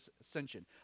ascension